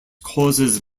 causes